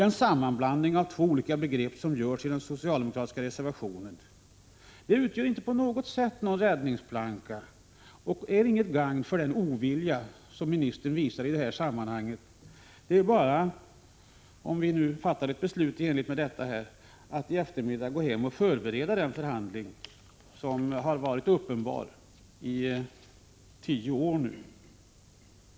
Den sammanblandning av två olika begrepp som görs i den socialdemokratiska reservationen utgör inte någon som helst räddningsplanka för jordbruksministern och är inte till gagn för den ovilja som ministern visar i detta sammanhang. Om vi fattar ett beslut i enlighet med detta, är det bara att i eftermiddag gå hem och förbereda den förhandling som har varit uppenbar i tio år.